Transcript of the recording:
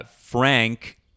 Frank